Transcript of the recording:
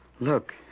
Look